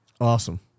Awesome